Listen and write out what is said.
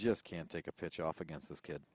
just can't take a pitch off against this kid